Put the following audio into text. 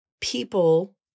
people